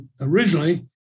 originally